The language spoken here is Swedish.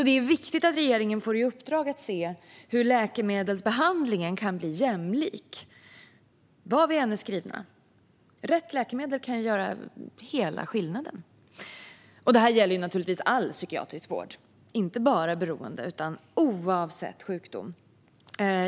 Det är viktigt att regeringen får i uppdrag att se över hur läkemedelsbehandlingen kan bli jämlik var vi än är skrivna. Rätt läkemedel kan göra hela skillnaden. Detta gäller naturligtvis all psykiatrisk vård, inte bara sådan som gäller beroende utan oavsett sjukdom.